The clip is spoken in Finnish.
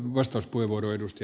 arvoisa puhemies